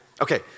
Okay